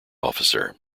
officer